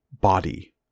body